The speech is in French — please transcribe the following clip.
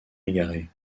égaré